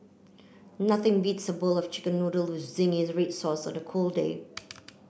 nothing beats a bowl of chicken noodles with zingy red sauce on a cold day